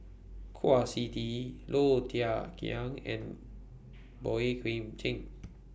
Kwa Siew Tee Low Thia Khiang and Boey Kim Cheng